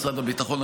משרד הביטחון,